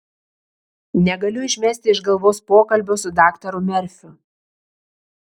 negaliu išmesti iš galvos pokalbio su daktaru merfiu